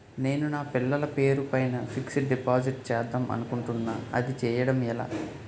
నేను నా పిల్లల పేరు పైన ఫిక్సడ్ డిపాజిట్ చేద్దాం అనుకుంటున్నా అది చేయడం ఎలా?